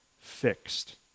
fixed